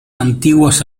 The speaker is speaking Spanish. antiguos